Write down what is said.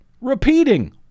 repeating